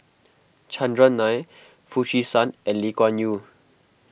Chandran Nair Foo Chee San and Lee Kuan Yew